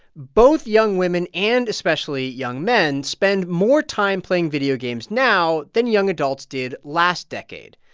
both young women and especially young men spend more time playing video games now than young adults did last decade.